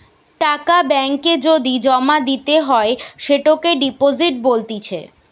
টাকা ব্যাঙ্ক এ যদি জমা দিতে হয় সেটোকে ডিপোজিট বলতিছে